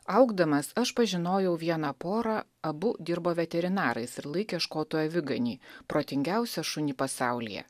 augdamas aš pažinojau vieną porą abu dirbo veterinarais ir laikė škotų aviganį protingiausią šunį pasaulyje